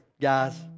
guys